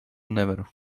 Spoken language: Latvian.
nevaru